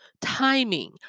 timing